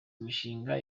imishinga